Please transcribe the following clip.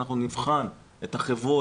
אנחנו נבחן את החברות,